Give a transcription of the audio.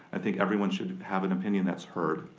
i think everyone should have an opinion that's heard.